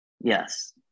Yes